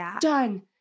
done